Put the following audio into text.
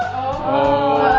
oh,